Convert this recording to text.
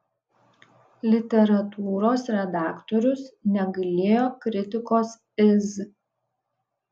literatūros redaktorius negailėjo kritikos iz